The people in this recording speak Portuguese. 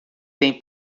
tem